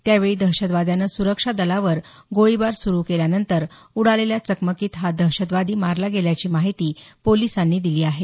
त्यावेळी दहशतवाद्यानं सुरक्षा दलावर गोळीबार सुरू केल्यानंतर उडालेल्या चकमकीत हा दहशतवादी मारला गेल्याची माहिती पोलिसांनी दिली आहे